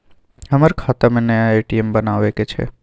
हमर खाता में नया ए.टी.एम बनाबै के छै?